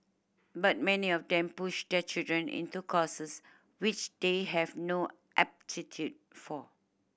but many of them push their children into courses which they have no aptitude for